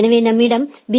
எனவே நம்மிடம் பி